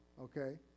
okay